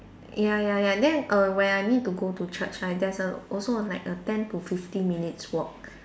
ya ya ya then err when I need to go to church right there's a also like a ten to fifteen minutes walk